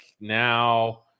now